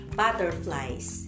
butterflies